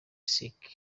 sickle